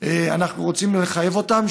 אנחנו רוצים לחייב אותם,